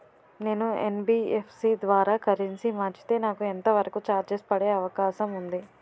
నేను యన్.బి.ఎఫ్.సి ద్వారా కరెన్సీ మార్చితే నాకు ఎంత వరకు చార్జెస్ పడే అవకాశం ఉంది?